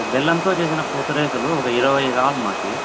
బెల్లంతో చేసిన పూతరేకులు ఒక ఇరవై ఐదు కావలి మాకు